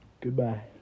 Goodbye